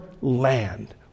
land